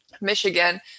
Michigan